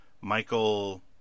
Michael